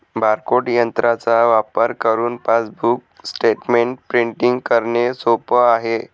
barcode तंत्राचा वापर करुन पासबुक स्टेटमेंट प्रिंटिंग करणे सोप आहे